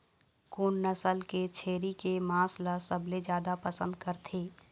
कोन नसल के छेरी के मांस ला सबले जादा पसंद करथे?